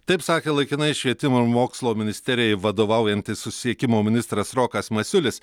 taip sakė laikinai švietimo ir mokslo ministerijai vadovaujantis susisiekimo ministras rokas masiulis